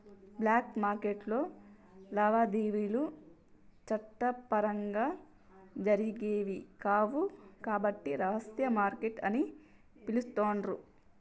black మార్కెట్టులో లావాదేవీలు చట్టపరంగా జరిగేవి కావు కాబట్టి రహస్య మార్కెట్ అని పిలుత్తాండ్రు